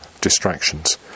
distractions